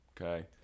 okay